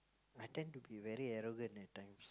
I tend to be very arrogant at times